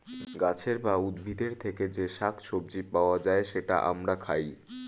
গাছের বা উদ্ভিদের থেকে যে শাক সবজি পাওয়া যায়, সেটা আমরা খাই